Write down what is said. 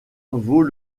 vaux